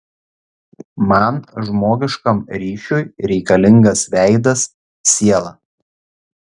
man žmogiškam ryšiui reikalingas veidas siela